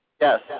yes